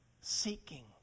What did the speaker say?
seeking